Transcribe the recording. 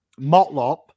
Motlop